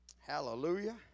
Hallelujah